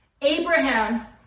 Abraham